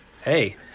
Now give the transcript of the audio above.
hey